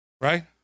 Right